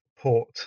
port